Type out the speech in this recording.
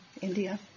India